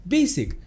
Basic